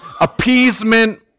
appeasement